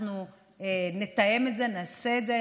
אנחנו נתאם את זה, נעשה את זה.